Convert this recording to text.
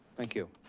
thank you.